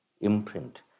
imprint